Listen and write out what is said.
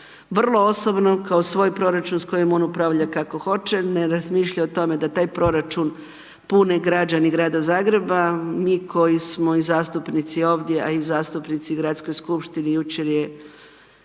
vrlo osobno kao svoj proračun s kojim on upravlja kako hoće, ne razmišlja o tome da taj proračun pune građani Grada Zagreba, mi koji smo i zastupnici ovdje, a i zastupnici u Gradskoj skupštini, jučer je